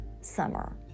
summer